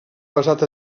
basat